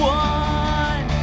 one